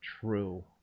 true